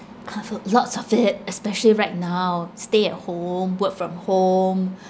comfort food lots of it especially right now stay at home work from home